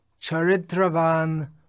charitravan